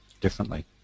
differently